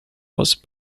was